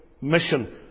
mission